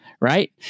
right